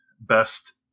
best